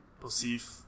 perceive